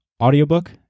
AudioBook